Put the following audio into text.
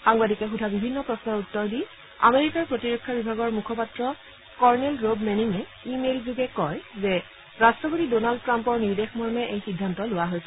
সাংবাদিকে সোধা বিভিন্ন প্ৰশ্নৰ উত্তৰ দি আমেৰিকাৰ প্ৰতিৰক্ষা বিভাগৰ মুখপাত্ৰ কৰ্ণেল ৰ'ব মেনিঙে ই মেইলযোগে কয় যে ৰট্টপতি ড'নাল্ড ট্ৰাম্পৰ নিৰ্দেশমৰ্মে এই সিদ্ধান্ত লোৱা হৈছে